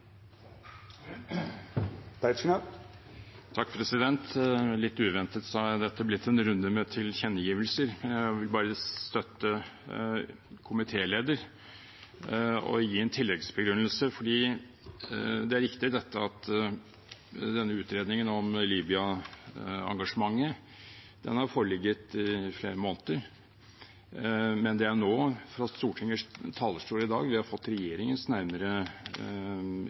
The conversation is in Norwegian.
Litt uventet har dette blitt en runde med tilkjennegivelser. Jeg vil bare støtte komitéleder og gi en tilleggsbegrunnelse. Det er riktig at denne utredningen om Libya-engasjementet har foreligget i flere måneder, men det er nå, fra Stortingets talerstol i dag, vi har fått regjeringens nærmere